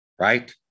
Right